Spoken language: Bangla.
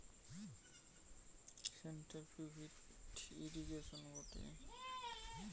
সেন্ট্রাল পিভট ইর্রিগেশনে গটে চক্র চলে আর সেটার মাধ্যমে সব কটা ফসলে জল ছড়ায়